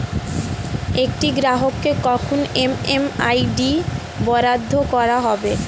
একটি গ্রাহককে কখন এম.এম.আই.ডি বরাদ্দ করা হবে?